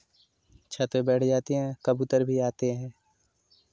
छत पर बैठ जाती हैं कबूतर भी आते हैं